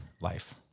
life